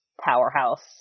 powerhouse